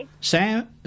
Sam